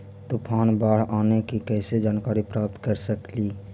तूफान, बाढ़ आने की कैसे जानकारी प्राप्त कर सकेली?